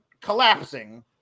collapsing